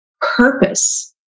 purpose